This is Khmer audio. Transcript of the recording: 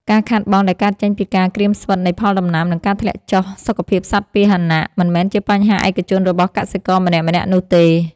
ការខាតបង់ដែលកើតចេញពីការក្រៀមស្វិតនៃផលដំណាំ និងការធ្លាក់ចុះសុខភាពសត្វពាហនៈ មិនមែនជាបញ្ហាឯកជនរបស់កសិករម្នាក់ៗនោះទេ។